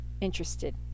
Interested